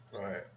Right